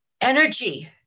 energy